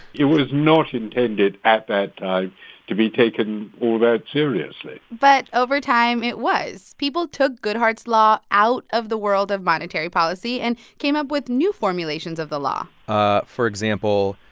it was not intended at that to be taken all that seriously but over time, it was. people took goodhart's law out of the world of monetary policy and came up with new formulations of the law ah for example,